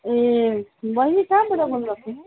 ए बहिनी कहाँबाट बोल्नु भएको